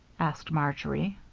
asked marjory.